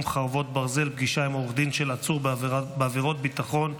(חרבות ברזל) (פגישה עם עורך דין של עצור בעבירת ביטחון)